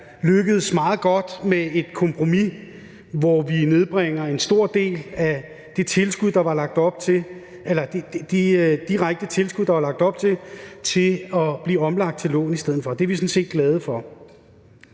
lykkedes meget godt med et kompromis, hvor vi nedbringer en stor del af de direkte tilskud, der var lagt op, og omlægger dem til lån i stedet for. Det er vi sådan set glade for.